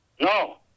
no